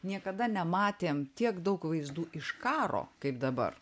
niekada nematėm tiek daug vaizdų iš karo kaip dabar